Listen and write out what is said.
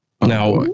Now